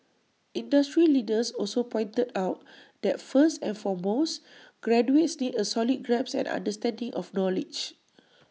industry leaders also pointed out that first and foremost graduates need A solid grasp and understanding of knowledge